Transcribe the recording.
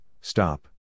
stop